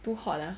too hot ah